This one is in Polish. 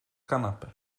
kanapę